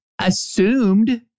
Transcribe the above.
assumed